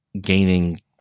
gaining